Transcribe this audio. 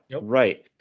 Right